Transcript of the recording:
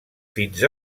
fins